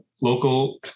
local